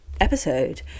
episode